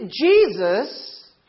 Jesus